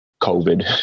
COVID